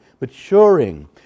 maturing